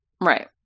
Right